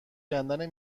کندن